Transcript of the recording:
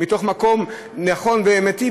מתוך מקום נכון ואמיתי,